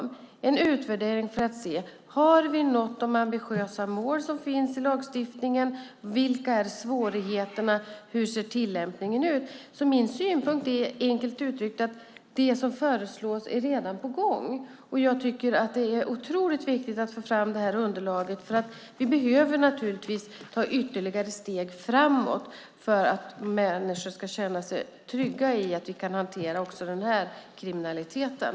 Det pågår en utvärdering för att se om vi har nått de ambitiösa mål som finns i lagstiftningen, vilka svårigheterna är och hur tillämpningen ser ut. Min synpunkt är enkelt uttryckt att det som föreslås är redan på gång. Jag tycker att det är otroligt viktigt att få fram det här underlaget eftersom vi behöver ta ytterligare steg framåt för att människor ska känna sig trygga i att vi kan hantera också den här kriminaliteten.